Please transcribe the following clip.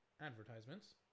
advertisements